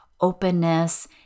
openness